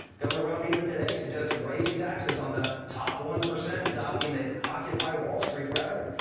governor romney even today suggested raising taxes on the top one percent, adopting the occupy wall street rhetoric.